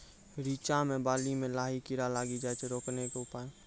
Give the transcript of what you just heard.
रिचा मे बाली मैं लाही कीड़ा लागी जाए छै रोकने के उपाय?